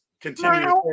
continue